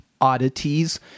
oddities